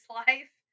life